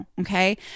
Okay